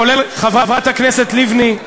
כולל חברת הכנסת לבני,